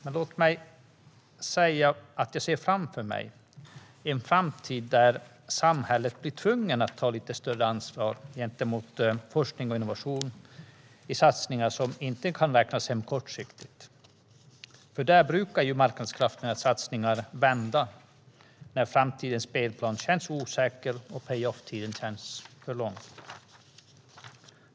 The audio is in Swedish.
Men låt mig säga att jag ser framför mig en framtid där samhället blir tvunget att ta lite större ansvar för forskning och innovation i satsningar som inte kan räknas hem kortsiktigt, för marknadskrafternas satsningar brukar vända när framtidens spelplan känns osäker eller pay-off-tiden känns för lång.